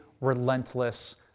relentless